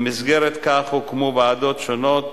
במסגרת זו הוקמו ועדות שונות